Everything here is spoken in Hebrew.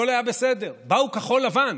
הכול היה בסדר, באו כחול לבן